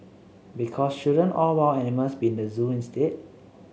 because shouldn't all wild animals be in the zoo instead